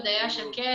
הודיה שקד,